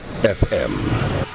FM